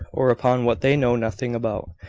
or upon what they know nothing about,